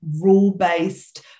rule-based